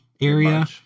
area